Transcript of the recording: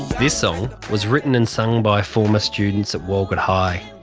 this song was written and sung by former students at walgett high.